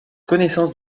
connaissance